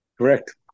Correct